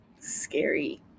scary